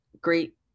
great